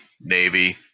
Navy